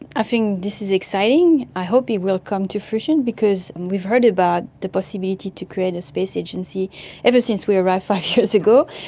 i think this is exciting. i hope it will come to fruition because and we've heard about the possibility to create a space agency ever since we arrived five years ago,